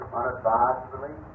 unadvisedly